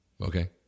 Okay